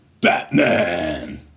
Batman